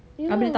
ya lah